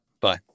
Bye